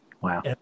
Wow